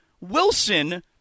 Wilson